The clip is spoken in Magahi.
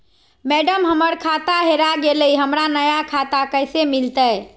मैडम, हमर खाता हेरा गेलई, हमरा नया खाता कैसे मिलते